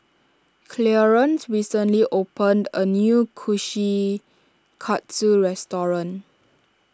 Clearence recently opened a new Kushikatsu restaurant